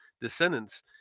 descendants